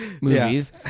movies